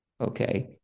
okay